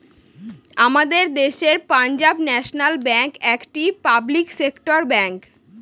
আমাদের দেশের Punjab national bank একটি পাবলিক সেক্টর ব্যাঙ্ক